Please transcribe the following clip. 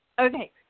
Okay